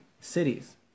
cities